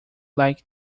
like